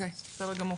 בסדר גמור,